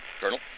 Colonel